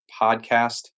podcast